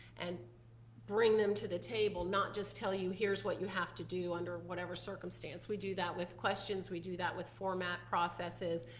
and bring them to the table, not just tell you here's what you have to do under whatever circumstance. we do that with questions, we do that with format processes,